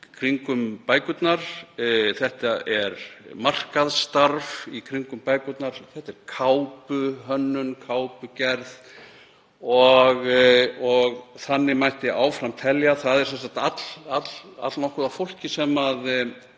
kringum bækurnar. Það er markaðsstarf í kringum bækurnar, kápuhönnun, kápugerð og þannig mætti áfram telja. Það er sem sagt allnokkuð af fólki sem